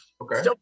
Okay